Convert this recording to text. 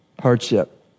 Hardship